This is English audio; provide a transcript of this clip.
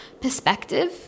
perspective